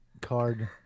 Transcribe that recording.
card